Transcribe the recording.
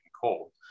cold